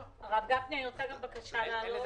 הרב גפני, אני רוצה גם בקשה להעלות.